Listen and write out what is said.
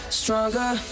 stronger